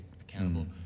accountable